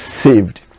saved